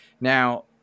Now